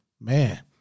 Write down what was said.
Man